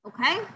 okay